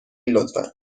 لطفا